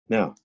Now